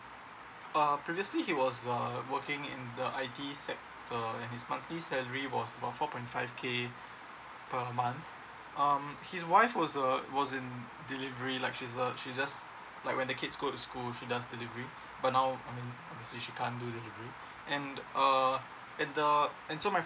uh previously he was uh working in the I_T sector and his monthly salary was about four point five k per month um his wife was a was in delivery like she's a she's just like when the kids go to school she does delivery but now I mean she can't do delivery and uh and the and so my friend